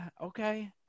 okay